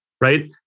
right